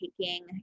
taking